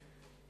מהשר שהשיב,